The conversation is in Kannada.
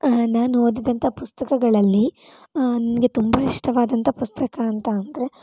ನಾನು ಓದಿದಂಥ ಪುಸ್ತಕಗಳಲ್ಲಿ ನನಗೆ ತುಂಬ ಇಷ್ಟವಾದಂಥ ಪುಸ್ತಕ ಅಂತ ಅಂದರೆ